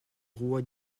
roi